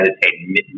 meditate